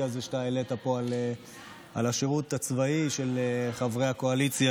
הזה שאתה העלית פה על השירות הצבאי של חברי הקואליציה,